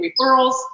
referrals